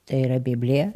tai yra biblija